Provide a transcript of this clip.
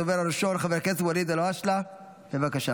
הדובר הראשון, חבר הכנסת ואליד אלהואשלה, בבקשה.